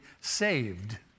saved